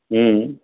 हूं